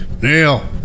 Neil